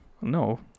No